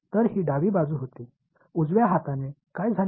तर ही डावी बाजू होती उजव्या हाताने काय झाले